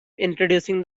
introducing